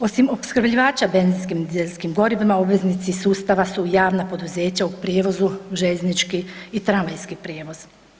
Osim opskrbljivača benzinskim i dizelskim gorivima obveznici sustava su javna poduzeća u prijevozu, željeznički i tramvajski prijevoz.